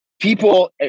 people